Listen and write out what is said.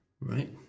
Right